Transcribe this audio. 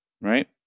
right